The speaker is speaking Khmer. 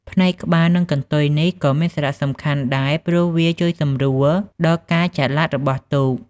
ផ្នែកក្បាលនិងកន្ទុយនេះក៏មានសារៈសំខាន់ដែរ ព្រោះវាជួយសម្រួលដល់ការចល័តរបស់ទូក។